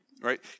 right